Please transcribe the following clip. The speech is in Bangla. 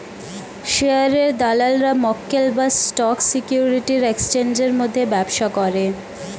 শেয়ারের দালালরা মক্কেল বা স্টক সিকিউরিটির এক্সচেঞ্জের মধ্যে ব্যবসা করে